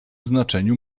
znaczeniu